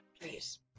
please